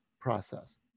process